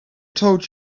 told